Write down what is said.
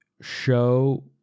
show